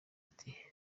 ati